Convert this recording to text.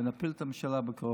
ונפיל את הממשלה בקרוב.